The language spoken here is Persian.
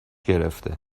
گرفته